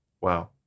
Wow